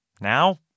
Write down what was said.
Now